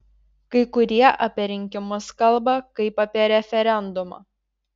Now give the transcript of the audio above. kai kurie apie rinkimus kalba kaip apie referendumą